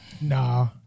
Nah